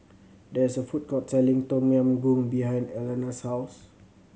there is a food court selling Tom Yam Goong behind Elana's house